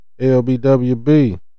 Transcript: LBWB